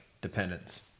dependence